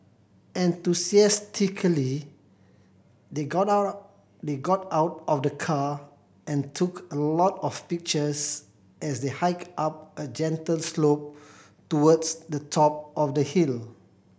enthusiastically they got out they got out of the car and took a lot of pictures as they hiked up a gentle slope towards the top of the hill